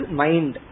mind